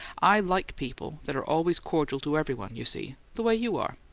i like people that are always cordial to everybody, you see the way you are.